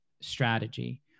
strategy